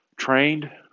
trained